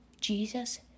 jesus